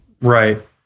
Right